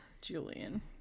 Julian